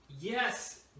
Yes